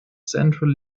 central